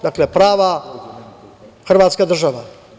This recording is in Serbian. Dakle, prava hrvatska država.